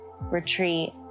retreat